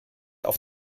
auf